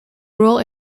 rural